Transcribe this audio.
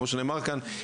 כמו שנאמר כאן,